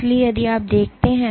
इसलिए यदि आप देखते हैं